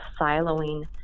siloing